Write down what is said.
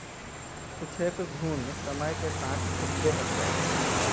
कुछेक घुण समय के साथ खुद्दे हट जाई छई